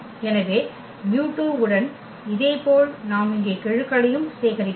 எனவே μ2 உடன் இதேபோல் நாம் இங்கே கெழுக்களையும் சேகரிக்கலாம்